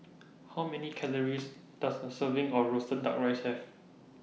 How Many Calories Does A Serving of Roasted Duck Rice Have